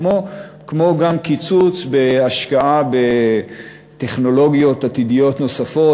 כמו גם קיצוץ בהשקעה בטכנולוגיות עתידיות נוספות,